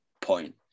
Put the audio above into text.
point